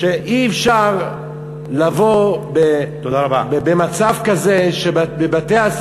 אי-אפשר להיות במצב כזה שבבתי-הספר